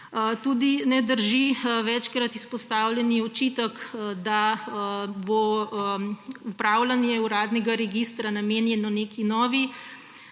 Tudi ne drži večkrat izpostavljeni očitek, da bo upravljanje uradnega registra namenjeno neki